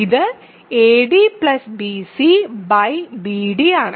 ഇത് adbcbd യാണ്